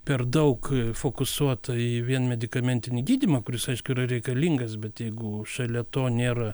per daug fokusuota į vien medikamentinį gydymą kuris aišku yra reikalingas bet jeigu šalia to nėra